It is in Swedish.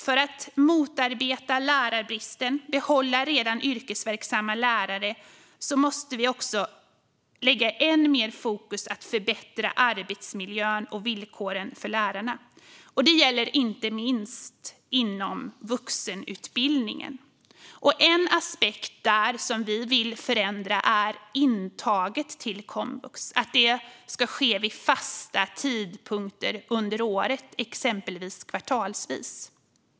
För att motarbeta lärarbristen och behålla redan yrkesverksamma lärare måste vi lägga ännu mer fokus på att förbättra arbetsmiljön och villkoren för lärarna. Detta gäller inte minst inom vuxenutbildningen. En aspekt som vi vill förändra är intaget till komvux. Vi vill att det ska ske vid fasta tidpunkter under året, exempelvis kvartalsvis.